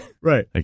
Right